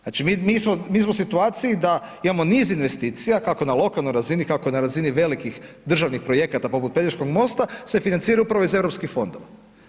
Znači mi smo u situaciji, da imamo niz investicija, kako na lokalnoj razini, kako na razini velikih državnih projekata, poput Pelješkog mosta, se financiraju upravo iz europskih fondova.